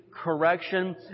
Correction